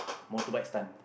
motorbike stunt